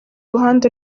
ruhande